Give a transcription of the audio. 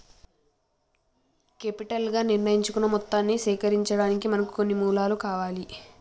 capital గా నిర్ణయించుకున్న మొత్తాన్ని సేకరించడానికి మనకు కొన్ని మూలాలు కావాలి